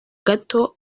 gato